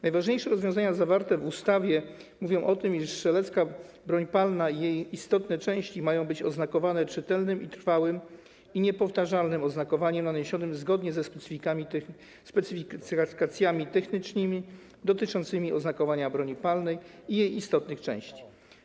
Najważniejsze rozwiązania zawarte w ustawie mówią o tym, iż strzelecka broń palna i jej istotne części mają być oznakowane czytelnym, trwałym i niepowtarzalnym oznakowaniem naniesionym zgodnie ze specyfikacjami technicznymi dotyczącymi oznakowania broni palnej i jej istotnych części.